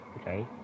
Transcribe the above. okay